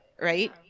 Right